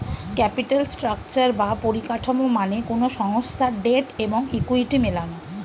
capital structure বা পরিকাঠামো মানে কোনো সংস্থার ডেট এবং ইকুইটি মেলানো